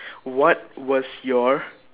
what was your